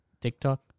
TikTok